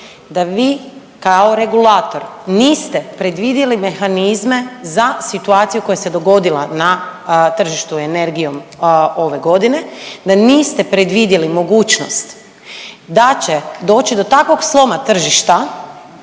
da vi kao regulator niste predvidjeli mehanizme za situacija koja se dogodila na tržištu energijom ove godine, da niste predvidjeli mogućnost da će doći do takvog sloma tržišta